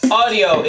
audio